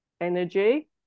energy